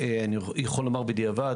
אני יכול לומר בדיעבד,